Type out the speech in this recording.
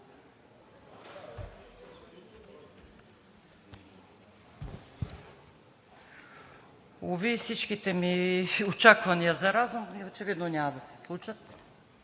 Уви, всичките ми очаквания за разум, очевидно, няма да се случат.